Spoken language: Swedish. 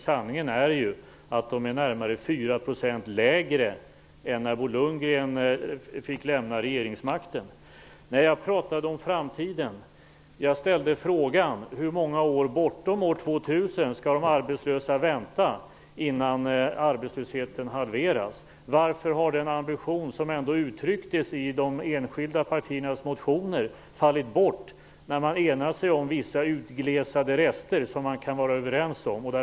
Sanningen är ju att de är närmare 4 % lägre än när Bo Nej, jag pratade om framtiden. Jag ställde frågan om hur många år bortom år 2000 de arbetslösa skall vänta innan arbetslösheten halveras. Varför har den ambition som ändå uttrycktes i de enskilda partiernas motioner fallit bort när man enats sig om vissa utglesade rester?